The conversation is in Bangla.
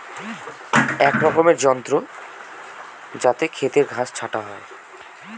এক রকমের যন্ত্র যাতে খেতের ঘাস ছাটা হয়